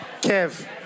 Kev